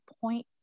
point